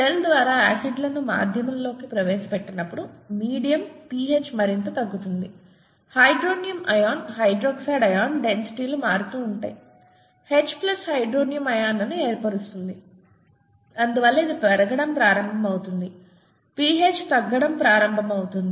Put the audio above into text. cell ద్వారా యాసిడ్ను మాధ్యమంలోకి ప్రవేశపెట్టినప్పుడు మీడియం pH మరింత తగ్గుతుంది హైడ్రోనియం అయాన్ హైడ్రాక్సైడ్ అయాన్ డెన్సిటీలు మారుతూ ఉంటాయి H ప్లస్ హైడ్రోనియం అయాన్లను ఏర్పరుస్తుంది అందువల్ల ఇది పెరగడం ప్రారంభమవుతుంది pH తగ్గడం ప్రారంభమవుతుంది